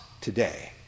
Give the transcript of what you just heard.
today